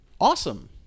awesome